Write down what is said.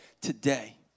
today